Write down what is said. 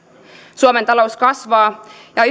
suomen talous kasvaa ja